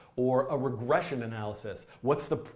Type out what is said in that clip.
or a regression analysis. what's the,